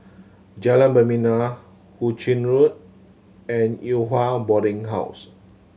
Jalan Membina Hu Ching Road and Yew Hua Boarding House